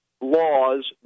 laws